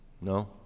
No